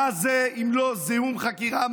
מה זה אם לא זיהום חקירה?